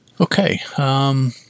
Okay